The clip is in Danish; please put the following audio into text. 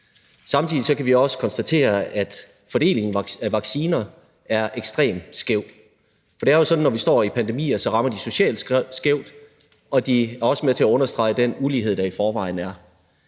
Samtidig kan vi også konstatere, at fordelingen af vacciner er ekstremt skæv, for det er jo sådan, at når vi står i pandemier, rammer de socialt skævt, og de er også med til at understrege den ulighed, der er i forvejen.